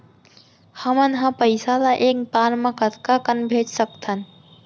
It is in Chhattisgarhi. हमन ह पइसा ला एक बार मा कतका कन भेज सकथन?